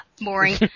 boring